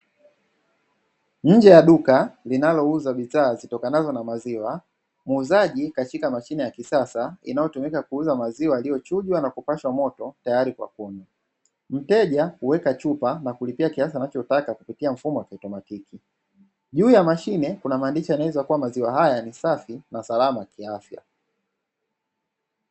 Nje ya duka linalouza bidhaa zitokanazo na maziwa, muuzaji kashika mashine ya kisasa inayotumika kuuza maziwa yaliyochujwa na kupashwa moto tayari kwa kunywa; mteja huweka chupa na kulipia kiasia anachotaka kupitia mfumo wa mashine kiautomatiki , juu ya mashine Kuna maandishi yanayoeleza kuwa maziwa haya ni safi na salama kiafya.